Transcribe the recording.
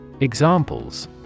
Examples